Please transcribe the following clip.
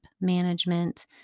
management